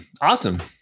Awesome